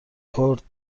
کورت